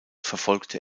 verfolgte